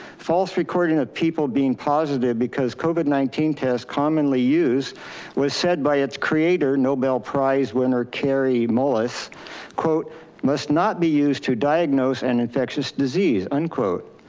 false recording of people being positive because covid nineteen tests commonly use was said by its creator, nobel winner, carrie mullis quote must not be used to diagnose an infectious disease unquote.